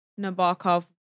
Nabokov